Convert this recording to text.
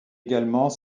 également